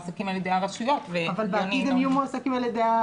ובמועצות אבל את התשלום משורשר מהתאגיד אליהם.